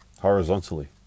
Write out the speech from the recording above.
horizontally